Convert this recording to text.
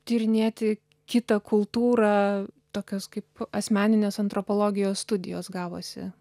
tyrinėti kitą kultūrą tokios kaip asmeninės antropologijos studijos gavosi